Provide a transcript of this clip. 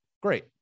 Great